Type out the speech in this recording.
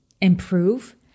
improve